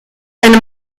eine